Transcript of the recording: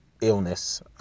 illness